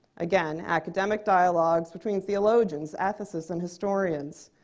again, academic dialogues between theologians, ethicists, and historians.